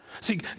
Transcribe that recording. See